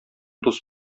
дус